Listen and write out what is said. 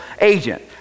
agent